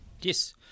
Yes